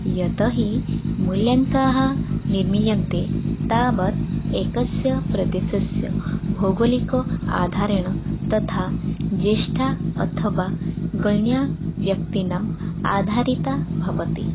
यतोहि मूल्याङ्काः निर्मियन्ते तावत् एकस्य प्रदेशस्य भौगोलिकाधारेण तथा ज्येष्ठा अथवा गणीया व्यक्तीनाम् आधारिता भवति